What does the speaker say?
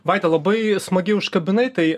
vaida labai smagiai užkabinai tai